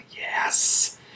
Yes